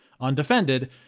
undefended